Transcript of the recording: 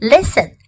Listen